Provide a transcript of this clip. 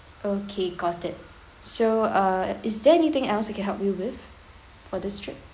okay got it so uh is there anything else I can help you with for this trip